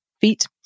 feet